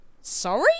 sorry